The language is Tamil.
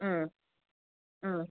ம் ம்